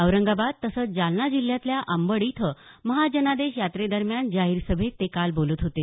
औरंगाबाद तसंच जालना जिल्ह्यातल्या अंबड इथं महाजनादेश यात्रे दरम्यान जाहीर सभेत ते काल बोलत होते